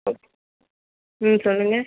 ஆ ம் சொல்லுங்கள்